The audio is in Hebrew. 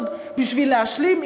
עוד בשביל להשלים,